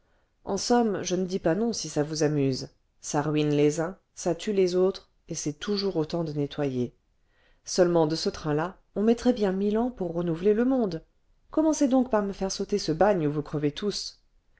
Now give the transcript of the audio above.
en somme je ne dis pas non si ça vous amuse ça ruine les uns ça tue les autres et c'est toujours autant de nettoyé seulement de ce train-là on mettrait bien mille ans pour renouveler le monde commencez donc par me faire sauter ce bagne où vous crevez tous